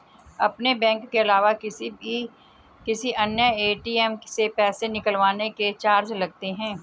अपने बैंक के अलावा किसी अन्य ए.टी.एम से पैसे निकलवाने के चार्ज लगते हैं